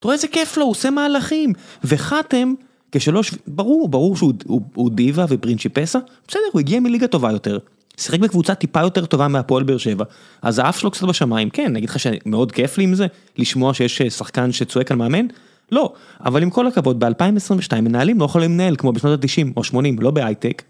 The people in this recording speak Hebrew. אתה רואה איזה כיף לו, הוא עושה מהלכים, וחאתם כשלוש, ברור ברור שהוא הוא דיווה ופרינצ'יפסה בסדר הוא הגיע מליגה טובה יותר. שיחק בקבוצה טיפה יותר טובה מהפועל באר שבע אז האף שלו קצת בשמיים כן. אני אגיד לך שמאוד כיף לי עם זה לשמוע שיש שחקן שצועק על מאמן? לא. אבל עם כל הכבוד ב-2022 מנהלים לא יכולים לנהל כמו בשנות התשעים או השמונים, לא בהיי-טק.